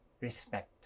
respect